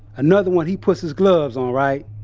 another one, he put his gloves on right,